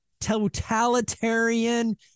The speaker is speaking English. totalitarian